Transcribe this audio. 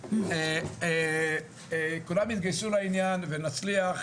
כולם יתגייסו לעניין ונצליח